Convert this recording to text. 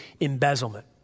embezzlement